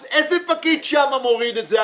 אז איזה פקיד שם מוריד את זה?